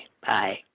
Bye